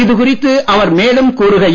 இதுகுறித்து அவர் மேலும் கூறுகையில்